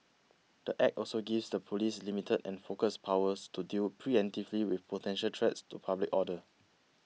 the Act also gives the police limited and focused powers to deal pre emptively with potential threats to public order